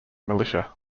militia